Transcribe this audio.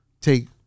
take